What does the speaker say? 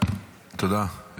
תודה.